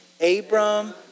Abram